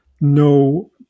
no